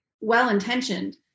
well-intentioned